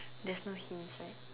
there's no hints right